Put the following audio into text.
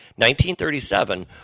1937